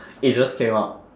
it just came out